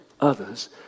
others